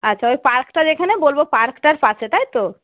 আচ্ছা ওই পার্কটা যেখানে বলব পার্কটার পাশে তাই তো